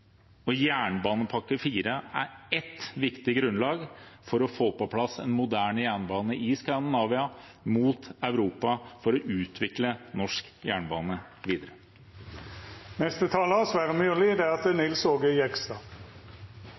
og jernbanepakke IV er et viktig grunnlag for å få på plass en moderne jernbane i Skandinavia mot Europa for å utvikle norsk jernbane